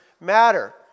matter